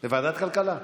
לוועדת כלכלה.